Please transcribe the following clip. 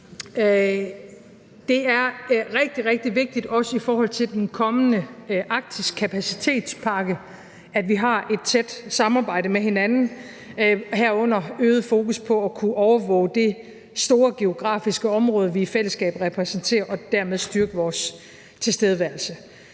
rigtig, rigtig vigtigt, også i forhold til den kommende Arktiskapacitetspakke, at vi har et tæt samarbejde med hinanden, herunder øget fokus på at kunne overvåge det store geografiske område, vi i fællesskab repræsenterer, og dermed styrke vores tilstedeværelse.